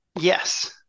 Yes